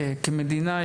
כמדינה,